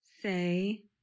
say